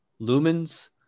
lumens